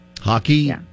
Hockey